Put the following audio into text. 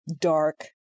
dark